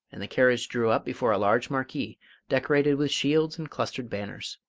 and the carriage drew up before a large marquee decorated with shields and clustered banners.